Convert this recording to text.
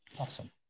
Awesome